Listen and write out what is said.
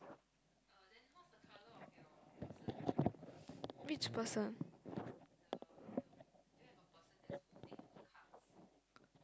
which person